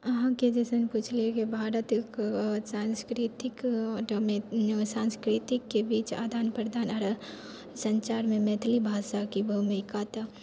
अहाँके जे पुछलियै कि भारत एक सांस्कृतिकके बीच आदान प्रदान आओर सञ्चारमे मैथिली भाषाकेँ भूमिका तऽ